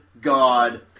God